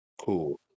cool